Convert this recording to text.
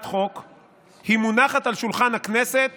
היא מונחת על שולחן הכנסת